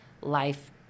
life